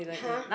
!huh!